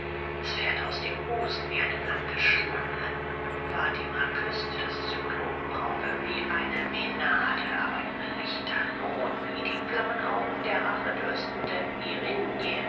es fährt aus dem busen wie eine blanke schlange fatima küßt das zyklopenauge wie eine mänade aber ihre lichter lohen wie die flammenaugen der rachedürstenden